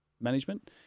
management